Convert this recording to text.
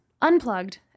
unplugged